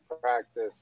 practice